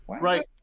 Right